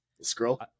Scroll